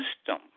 system